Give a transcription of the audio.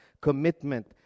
commitment